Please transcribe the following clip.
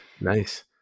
nice